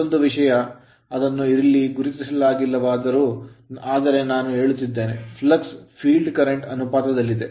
ಮತ್ತೊಂದು ವಿಷಯ ಅದನ್ನು ಇಲ್ಲಿ ಗುರುತಿಸಲಾಗಿಲ್ಲವಾದರೂ ಆದರೆ ನಾನು ಹೇಳುತ್ತಿದ್ದೇನೆ flux ಫ್ಲಕ್ಸ್ ಕ್ಷೇತ್ರ current ಕರೆಂಟ್ ಅನುಪಾತದಲ್ಲಿದೆ